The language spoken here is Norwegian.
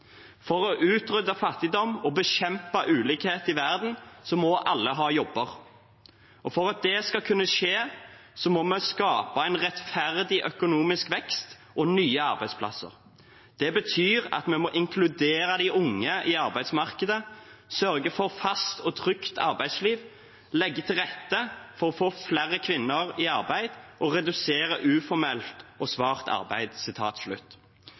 å utrydde fattigdom og bekjempe ulikhet i verden må alle ha jobber. For at det skal kunne skje må vi skape en rettferdig økonomisk vekst og nye arbeidsplasser. Det betyr at vi må inkludere de unge i arbeidsmarkedet, sørge for fast og trygt arbeidsliv, legge til rette å få flere kvinner i arbeid og redusere uformell og svart arbeid.»